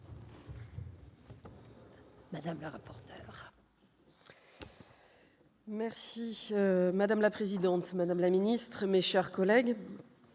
à vous la parole. Merci madame la présidente, Madame la Ministre, mes chers collègues,